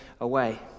away